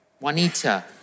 Juanita